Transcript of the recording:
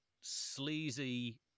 sleazy